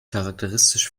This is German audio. charakteristisch